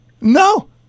No